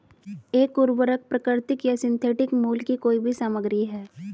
एक उर्वरक प्राकृतिक या सिंथेटिक मूल की कोई भी सामग्री है